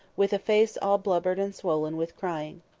with a face all blubbered and swollen with crying.